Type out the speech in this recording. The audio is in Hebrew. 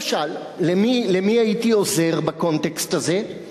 למשל, למי הייתי עוזר במסגרת החוק הזה?